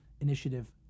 initiative